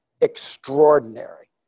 extraordinary